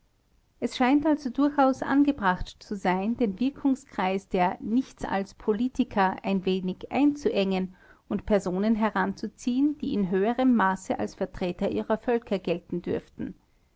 es scheint also durchaus angebracht zu sein den wirkungskreis der nichts-als-politiker ein wenig einzuengen und personen heranzuziehen die in höherem maße als vertreter ihrer völker gelten dürfen